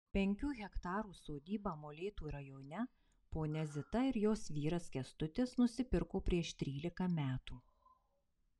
penkių hektarų sodybą molėtų rajone ponia zita ir jos vyras kęstutis nusipirko prieš trylika metų